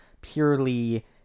purely